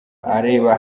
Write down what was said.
areba